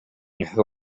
who